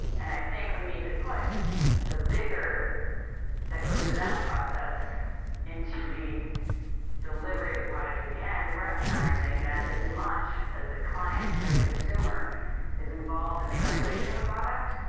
and i think we need to put the vigor that goes into that process into the delivery of the product at the end recognizing that as much as the client or the consumer is involved in the evaluation of the product,